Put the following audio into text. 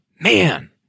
Man